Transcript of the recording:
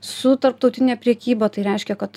su tarptautine prekyba tai reiškia kad